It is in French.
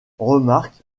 remarque